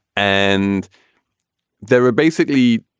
and they were basically.